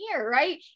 right